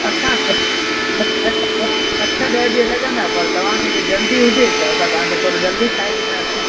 असां अ अ अ अठ ॾह ॾींहं लॻंदा पर तव्हांखे जे जल्दी हुजे त असां तव्हांखे थोरो जल्दी ठाहे ॾींदासीं